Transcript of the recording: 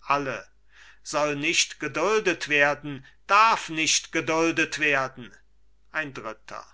alle soll nicht geduldet werden darf nicht geduldet werden ein dritter